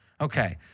Okay